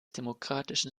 demokratischen